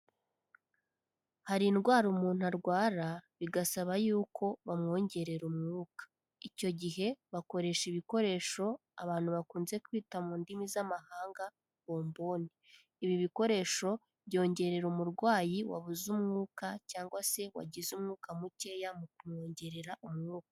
Hari indwara umuntu arwara bigasaba y'uko bamwongerera umwuka, icyo gihe bakoresha ibikoresho abantu bakunze kwita mu ndimi z'amahanga bomboni, ibi bikoresho byongerera umurwayi wabuze umwuka cyangwa se wagize umwuka mukeya mu kumwongerera umwuka.